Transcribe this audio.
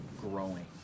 growing